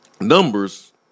numbers